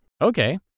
Okay